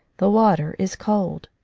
the water is cold.